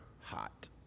hot